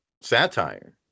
satire